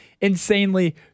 insanely